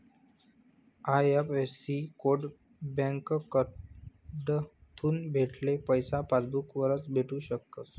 IFSC code बँककडथून भेटेल पैसा पासबूक वरच भेटू शकस